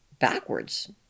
backwards